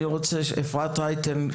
אפרת רייטן,